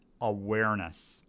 awareness